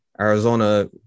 Arizona